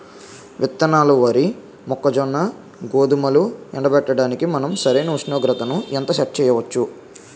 విత్తనాలు వరి, మొక్కజొన్న, గోధుమలు ఎండబెట్టడానికి మనం సరైన ఉష్ణోగ్రతను ఎంత సెట్ చేయవచ్చు?